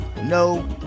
no